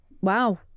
wow